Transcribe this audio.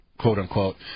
quote-unquote